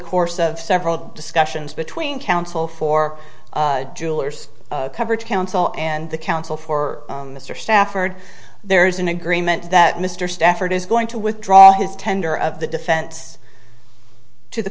course of several discussions between counsel for jewelers coverage counsel and the counsel for mr stafford there is an agreement that mr stafford is going to withdraw his tender of the defense to the